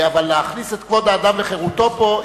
אבל להכניס את כבוד האדם וחירותו פה,